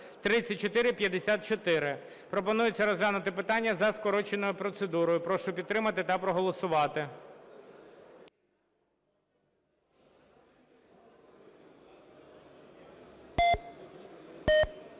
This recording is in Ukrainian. Пропонується розглянути це питання за скороченою процедурою. Прошу підтримати та проголосувати.